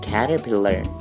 Caterpillar